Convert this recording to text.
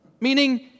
meaning